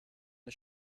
the